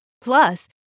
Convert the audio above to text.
Plus